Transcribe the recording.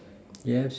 yes